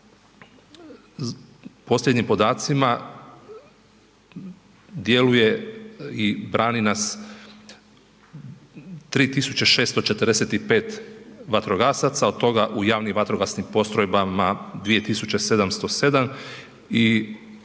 posljednjim podacima djeluje i brani nas 3.645 vatrogasaca, od toga u javnim vatrogasnim postrojbama 2.707 i 938